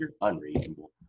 unreasonable